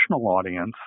audience